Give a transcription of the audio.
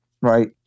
right